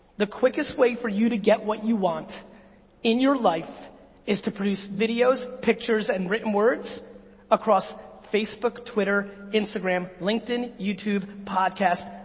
the quickest way for you to get what you want in your life is to produce videos, pictures and written words across facebook, twitter, instagram, linkedin, youtube, podcasts,